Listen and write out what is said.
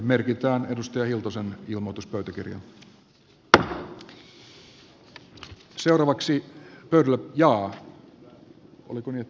merkitään edustaja hiltusen ilmoitus pöytäkirjaan